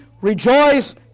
rejoice